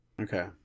Okay